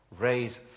raise